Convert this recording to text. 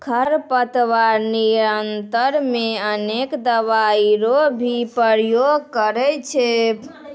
खरपतवार नियंत्रण मे अनेक दवाई रो भी प्रयोग करे छै